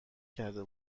کرده